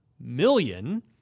million